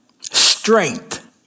strength